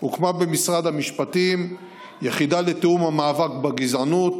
הוקמה במשרד המשפטים יחידה לתיאום המאבק בגזענות,